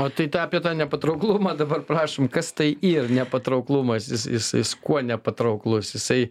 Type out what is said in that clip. o tai tą apie tą nepatrauklumą dabar prašom kas tai yra nepatrauklumas jis jis jis kuo nepatrauklus jisai